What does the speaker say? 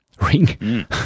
Ring